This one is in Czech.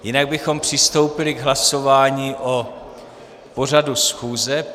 Jinak bychom přistoupili k hlasování o pořadu schůze.